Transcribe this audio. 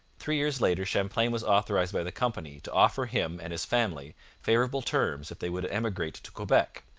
three years later champlain was authorized by the company to offer him and his family favourable terms if they would emigrate to quebec,